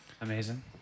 Amazing